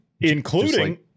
including